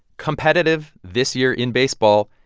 competitive this year in baseball.